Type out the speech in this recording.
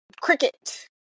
cricket